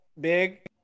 big